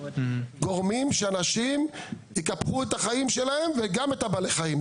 אתם גורמים שאנשים יקפחו את החיים שלהם וגם את בעלי החיים.